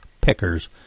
Pickers